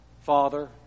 Father